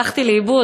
הלכתי לאיבוד,